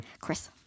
Chris